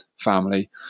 family